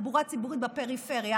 בתחבורה ציבורית בפריפריה.